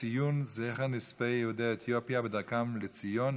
ציון זכר נספי יהודי אתיופיה בדרכם לציון,